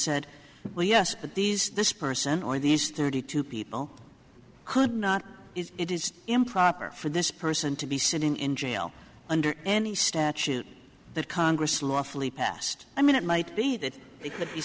said well yes but these this person or these thirty two people could not is it is improper for this person to be sitting in jail under any statute that congress lawfully passed i mean it might be that they could be